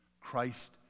Christ